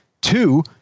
Two